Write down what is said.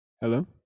Hello